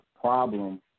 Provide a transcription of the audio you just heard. problem